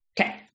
Okay